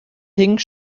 pink